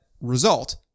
result